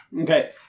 Okay